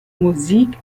musik